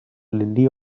lily